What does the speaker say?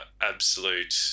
absolute